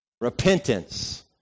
repentance